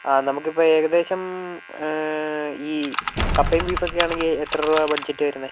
ആ നമുക്ക് ഇപ്പോൾ ഏകദേശം ഈ കപ്പയും ബീഫ് ഒക്കെ ആണെങ്കിൽ എത്ര രൂപ ബഡ്ജറ്റ് ആണ് വരുന്നത്